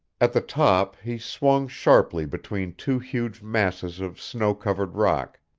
at the top he swung sharply between two huge masses of snow-covered rock,